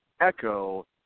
echo